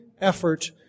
effort